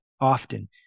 often